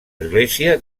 església